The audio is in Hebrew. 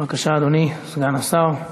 בבקשה, אדוני סגן השר.